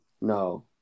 No